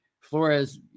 Flores